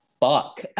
Fuck